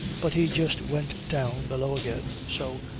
but he just went down below again. so,